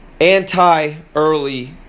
Anti-early